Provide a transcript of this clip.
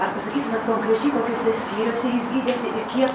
ar pasakytumėt konkrečiai kokiuose skyriuose jis gydėsi ir kiek